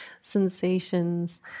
sensations